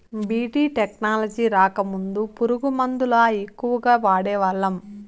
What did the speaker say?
BT technology రాకముందు పురుగు మందుల ఎక్కువగా వాడేవాళ్ళం